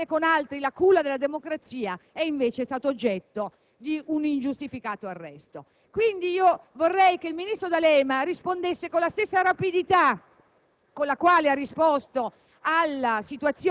all'estero, in un Paese che dovrebbe essere insieme con altri la culla della democrazia, è stato invece oggetto di un ingiustificato arresto. Vorrei che il ministro D'Alema, con la stessa rapidità